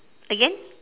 again